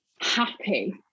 happy